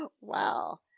Wow